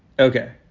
Okay